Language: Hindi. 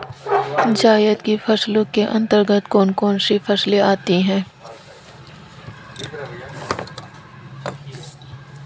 जायद की फसलों के अंतर्गत कौन कौन सी फसलें आती हैं?